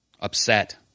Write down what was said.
upset